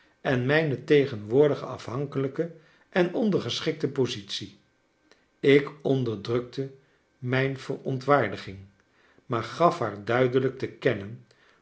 en mijne tegenwoordige afhankelijke en ondergeschikte positie ik onderdrukte mijn veromtwaardiging maar gaf haar duidelijk te kennen